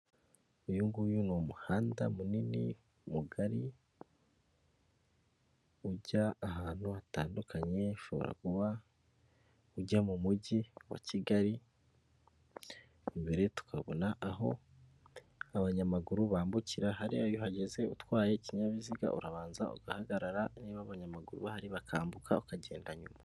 Uyu nguyu ni umuhanda munini, mugari, ujya ahantu hatandukanye, ushobora kuba ujya mu mujyi wa Kigali, imbere tukabona aho abanyamaguru bambukira hariya iyo uhageze utwaye ikinyabiziga urabanza ugahagarara niba abanyamaguru bahari bakambuka ukagenda nyuma.